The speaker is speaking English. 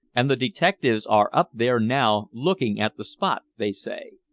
and the detectives are up there now looking at the spot, they say.